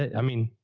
i mean,